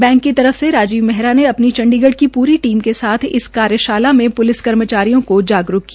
bank की तरफ से राजीव मेहरा अपनी चंडीगढ़ की पूरी टीम के साथ इस कार्यशाला में प्रलिस कर्मचारियों को जागरूक किया